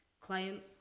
client